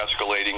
escalating